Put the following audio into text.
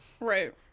Right